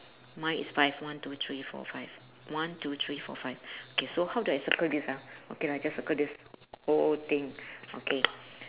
mine is five one two three four five one two three four five okay so how do I circle this ah okay lah just circle this whole thing okay